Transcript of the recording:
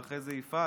ואחרי זה יפעת,